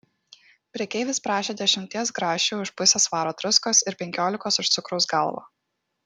prekeivis prašė dešimties grašių už pusę svaro druskos ir penkiolikos už cukraus galvą